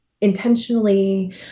intentionally